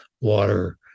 water